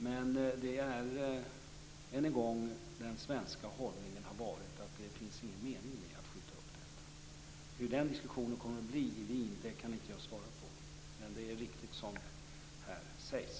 Men den svenska hållningen, än en gång, har varit att det inte finns någon mening med att skjuta upp detta. Hur diskussionen i Wien kommer att föras kan jag inte svara på, men det är riktigt som här sägs.